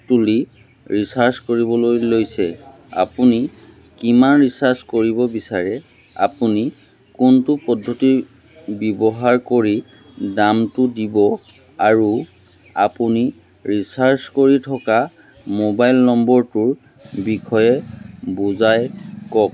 তুলি ৰিচাৰ্জ কৰিবলৈ লৈছে আপুনি কিমান ৰিচাৰ্জ কৰিব বিচাৰে আপুনি কোনটো পদ্ধতি ব্যৱহাৰ কৰি দামটো দিব আৰু আপুনি ৰিচাৰ্জ কৰি থকা মোবাইল নম্বৰটোৰ বিষয়ে বুজাই কওক